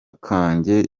kanjye